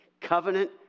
Covenant